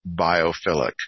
biophilic